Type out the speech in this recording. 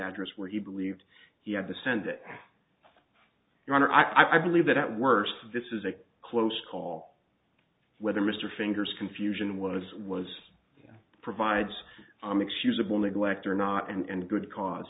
address where he believed he had to send it your honor i believe that at worst this is a close call whether mr fingers confusion was was provides an excusable neglect or not and good cause